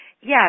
Yes